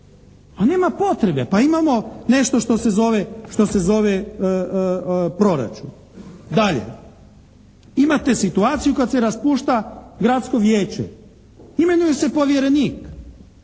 Pa nema potrebe. Pa imamo nešto što se zove proračun. Dalje, imate situaciju kad se raspušta gradsko vijeće. Imenuje se povjerenik.